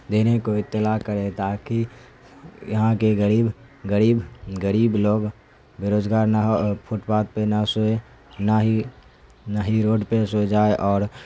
دینے کو اطلاع کریں تاکہ یہاں کے غریب غریب غریب لوگ بےروزگار نہ ہو فٹ پاتھ پہ نہ سوئے نہ ہی نہ ہی روڈ پہ سو جائے اور